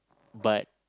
but